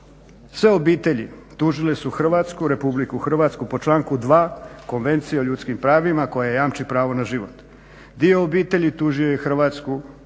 sve obitelji tužile su Republiku Hrvatsku po članku 2. Konvencije o ljudskim pravima koja jamči pravo na život. Dio obitelji tužio je Hrvatsku i